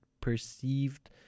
perceived